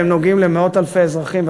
והם נוגעים למאות אלפי אזרחים,